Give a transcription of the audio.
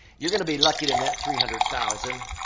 you're going to be lucky to net three hundred thousand.